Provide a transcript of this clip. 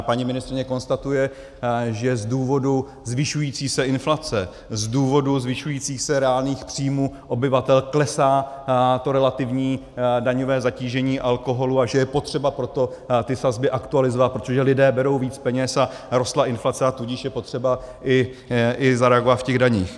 Paní ministryně konstatuje, že z důvodu zvyšující se inflace, z důvodu zvyšujících se reálných příjmů obyvatel klesá relativní daňové zatížení alkoholu, a že je potřeba proto sazby aktualizovat, protože lidé berou více peněz a rostla inflace, a tudíž je potřeba i zareagovat v daních.